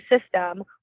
system